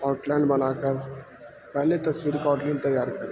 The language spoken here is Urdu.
آؤٹلائن بنا کر پہلے تصویر کا آٹلن تیار کریں